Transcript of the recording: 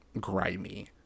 grimy